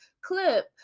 clip